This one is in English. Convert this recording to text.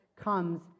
comes